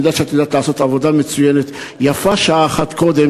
אני יודע שאת יודעת לעשות עבודה מצוינת: יפה שעה אחת קודם